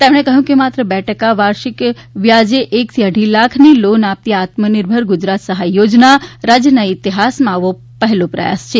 તેમણે કહ્યું કે માત્ર બે ટકા વાર્ષિક વ્યાજે એક થી અઢી લાખ ની લોન આપતી આ આત્મનિર્ભર ગુજરાત સહાય યોજના રાજ્યના ઇતિહાસમાં આવો પહેલો પ્રયાસ છે